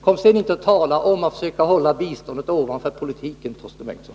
Kom sedan inte och tala om att försöka hålla biståndet ovanför politiken, Torsten Bengtson!